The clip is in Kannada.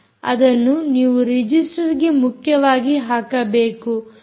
ಅದನ್ನು ನೀವು ರಿಜಿಸ್ಟರ್ಗೆ ಮುಖ್ಯವಾಗಿ ಹಾಕಬೇಕು